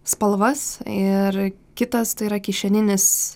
spalvas ir kitas tai yra kišeninis